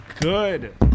good